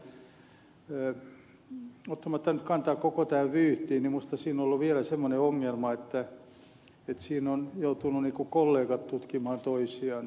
ottamatta nyt kantaa koko tähän vyyhtiin minusta siinä on ollut vielä semmoinen ongelma että siinä ovat joutuneet kollegat tutkimaan toisiaan